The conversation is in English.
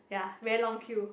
ya very long queue